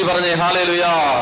Hallelujah